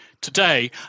Today